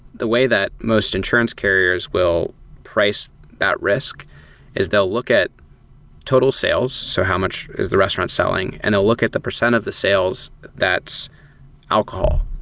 the way that most insurance carriers will price that risk is they'll look at total sales. so how much is the restaurant selling, and they'll look at the percent of the sales that's alcohol.